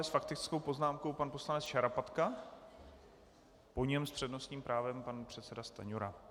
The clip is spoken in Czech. S faktickou poznámkou pan poslanec Šarapatka, po něm s přednostním právem pan předseda Stanjura.